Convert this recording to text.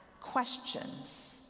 questions